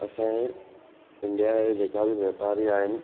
असांजे इंडिया में जेका बि वापारी आहिनि